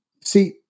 See